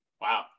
Wow